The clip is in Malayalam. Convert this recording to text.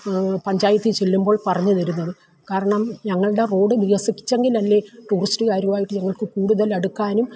പഞ്ചായത്തിൽ ചെല്ലുമ്പോൾ പറഞ്ഞു തരുന്നത് കാരണം ഞങ്ങളുടെ റോഡ് വികസിപ്പിച്ചെങ്കിൽ അല്ലേൽ ടൂറിസ്റ്റ്കാരുവായിട്ട് ഞങ്ങൾക്ക് കൂടുതൽ അടുക്കാനും